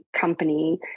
company